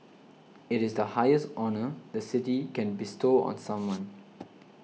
it is the highest honour the City can bestow on someone